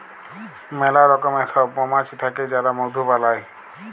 ম্যালা রকমের সব মমাছি থাক্যে যারা মধু বালাই